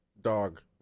dog